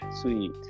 Sweet